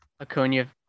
Acuna